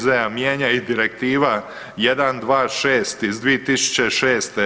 EZ-a mijenja i direktiva 126 iz 2006.